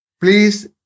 please